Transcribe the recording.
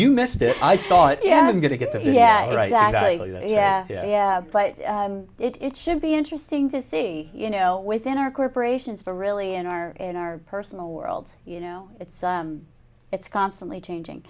you missed it i saw it yeah i'm going to get the yeah right that i yeah yeah but it should be interesting to see you know within our corporations for really in our in our personal worlds you know it's it's constantly changing